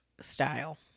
style